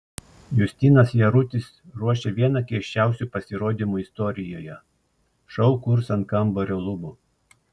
justinas jarutis ruošia vieną keisčiausių pasirodymų istorijoje šou kurs ant kambario lubų